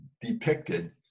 depicted